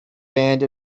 band